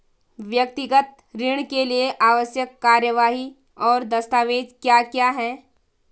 व्यक्तिगत ऋण के लिए आवश्यक कार्यवाही और दस्तावेज़ क्या क्या हैं?